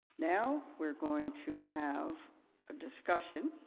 now, we're going to have a discussion,